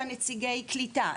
להזמין את נציגי הקליטה,